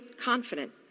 confident